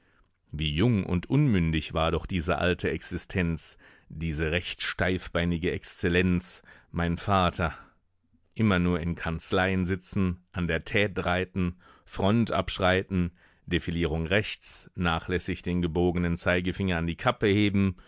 wie jung und unmündig war doch diese alte existenz diese recht steifbeinige exzellenz mein vater immer nur in kanzleien sitzen an der tte reiten front abschreiten defilierung rechts nachlässig den gebogenen zeigefinger an die kappe heben